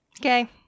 okay